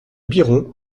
biron